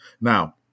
Now